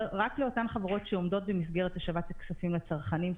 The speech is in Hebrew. רק לאותן חברות שעומדות במסגרת השבת הכספים לצרכנים,